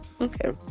okay